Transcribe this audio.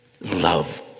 love